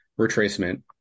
retracement